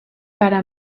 para